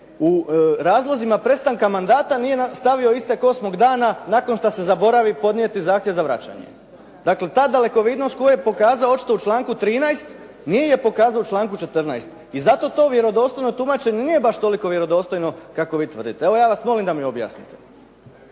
u razlozima prestanka mandata nije stavio istek osmog dana nakon što se zaboravi podnijeti zahtjev za vraćanje. Dakle, ta dalekovidnost koju je pokazao očito u članku 13. nije je pokazao u članku 14. i zato to vjerodostojno tumačenje nije baš toliko vjerodostojno kako vi tvrdite. Evo, ja vas molim da mi objasnite.